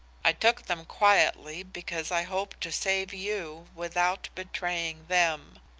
i took them quietly because i hoped to save you without betraying them.